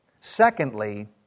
Secondly